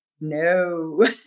no